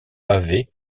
pavée